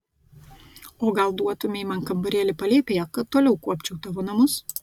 o gal duotumei man kambarėlį palėpėje kad toliau kuopčiau tavo namus